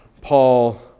Paul